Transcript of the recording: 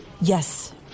Yes